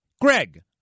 Greg